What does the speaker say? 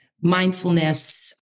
mindfulness